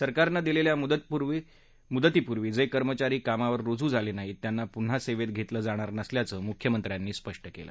सरकारनं दिलेल्या मुदतीपूर्वी जे कर्मचारी कामावर रुजू झाले नाहीत त्यांना पून्हा सेवेत घेतलं जाणार नसल्याचं मुख्यमंत्र्यांनी स्पष्ट केलं